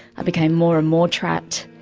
i became more and more trapped,